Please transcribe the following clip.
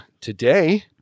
today